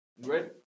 ready